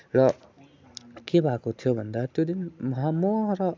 र के भएको थियो भन्दा त्यो दिनमा म र